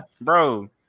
Bro